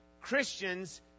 Christians